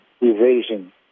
evasion